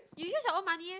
you use your own money meh